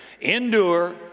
endure